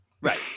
right